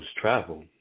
travel